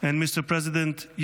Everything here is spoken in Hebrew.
and Mr. President,